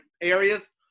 areas